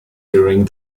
during